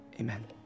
Amen